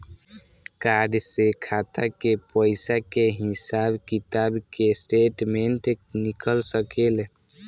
Card से खाता के पइसा के हिसाब किताब के स्टेटमेंट निकल सकेलऽ?